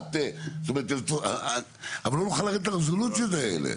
אחת --- אבל לא נוכל לרדת לרזולוציות האלה.